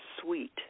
sweet